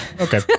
Okay